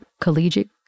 collegiate